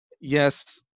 yes